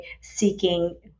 seeking